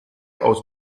aus